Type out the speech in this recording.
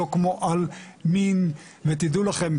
לא כמו על מין ותדעו לכם,